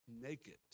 Naked